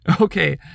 Okay